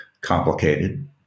complicated